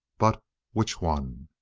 but which one?